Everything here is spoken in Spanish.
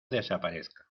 desaparezca